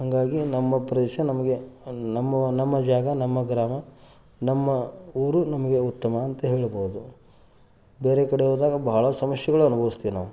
ಹಾಗಾಗಿ ನಮ್ಮ ಪ್ರದೇಶ ನಮಗೆ ನಮ್ಮ ನಮ್ಮ ಜಾಗ ನಮ್ಮ ಗ್ರಾಮ ನಮ್ಮ ಊರು ನಮಗೆ ಉತ್ತಮ ಅಂತ ಹೇಳಬೋದು ಬೇರೆ ಕಡೆ ಹೋದಾಗ ಭಾಳ ಸಮಸ್ಯೆಗಳು ಅನುಭವಿಸ್ತೀವ್ ನಾವು